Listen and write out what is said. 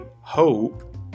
hope